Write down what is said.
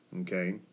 Okay